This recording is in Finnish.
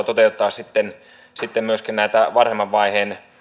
toteuttaa sitten sitten myöskin näitä varhemman vaiheen